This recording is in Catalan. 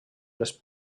les